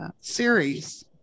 series